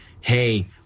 hey